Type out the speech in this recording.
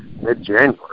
mid-January